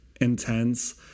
intense